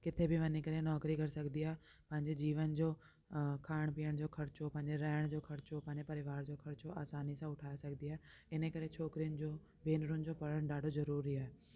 किथे बि वञी करे नौकिरी करे सघंदी आहे पंहिंजे जीवन जो खाइण पीअण जो खर्चो पंहिंजे रहण जो खर्चो पंहिंजे परिवार जो खर्चो आसानी सां उठाइ सघंदी आहे इन करे छोकिरिन जो भेनरुनि जो पढ़ण ॾाढो ज़रूरी आहे